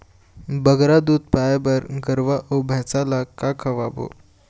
बगरा दूध पाए बर गरवा अऊ भैंसा ला का खवाबो?